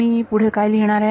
आता मी पुढे काय लिहिणार